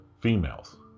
females